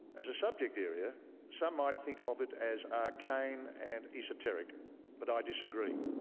as a subject area some might think of it as arcane and esoteric but i disagree.